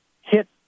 hit